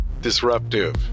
disruptive